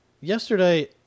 yesterday